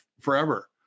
forever